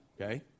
okay